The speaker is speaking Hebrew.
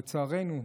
לצערנו,